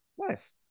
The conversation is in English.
nice